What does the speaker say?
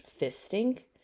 fisting